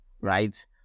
right